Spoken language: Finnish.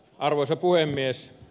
arvoisa puhemies